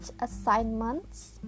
assignments